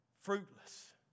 fruitless